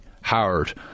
Howard